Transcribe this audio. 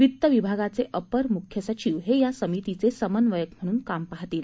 वित्त विभागाचे अपर मुख्य सचिव हे या समितीचे समन्वयक म्हणून काम पाहतील